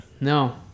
no